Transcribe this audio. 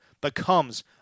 becomes